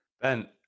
Ben